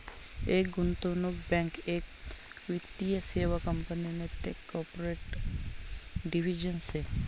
एक गुंतवणूक बँक एक वित्तीय सेवा कंपनी नैते कॉर्पोरेट डिव्हिजन शे